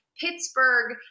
Pittsburgh